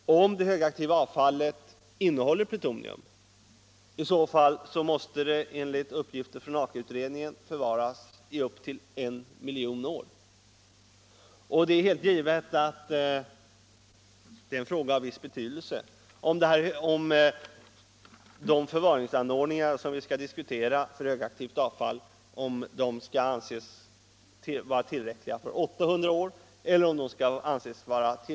Och om det högaktiva avfallet innehåller plutonium måste det enligt uppgift från AKA-utredningen förvaras i upp till en miljon år. Det är alldeles givet att det är en fråga av viss betydelse Nr 92 om de förvaringsanordningar som vi skall diskutera för högaktivt avfall Tisdagen den skall anses vara tillräckliga för 800 år eller tillräckliga för en miljon år.